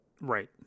Right